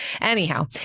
anyhow